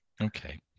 Okay